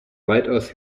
weitaus